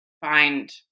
find